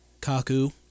Kaku